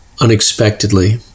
unexpectedly